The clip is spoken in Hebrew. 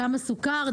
כמה סוכר.